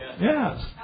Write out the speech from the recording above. Yes